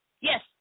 Yes